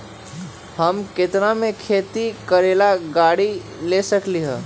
हम केतना में खेती करेला गाड़ी ले सकींले?